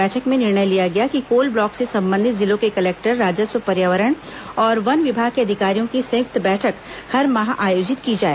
बैठक में निर्णय लिया गया कि कोल ब्लॉक से संबंधित जिलों के कलेक्टर राजस्व पर्यावरण और वन विभाग के अधिकारियों की संयुक्त बैठक हर माह आयोजित की जाए